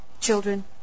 children